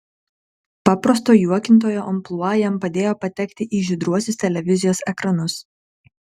paprasto juokintojo amplua jam padėjo patekti į žydruosius televizijos ekranus